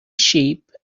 sheep